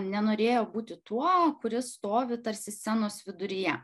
nenorėjo būti tuo kuris stovi tarsi scenos viduryje